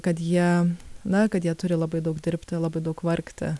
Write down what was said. kad jie na kad jie turi labai daug dirbti labai daug vargti